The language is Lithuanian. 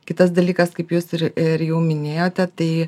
kitas dalykas kaip jūs ir ir jau minėjote tai